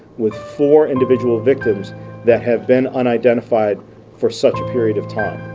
with four individual victims that have been unidentified for such a period of time.